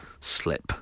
slip